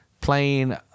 Playing